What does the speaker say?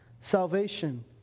Salvation